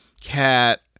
Cat